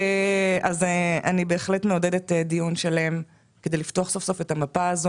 אני בהחלט מעודדת דיון כדי לפתוח סוף סוף את המפה הזאת.